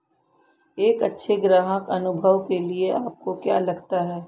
एक अच्छे ग्राहक अनुभव के लिए आपको क्या लगता है?